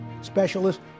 specialist